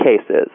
cases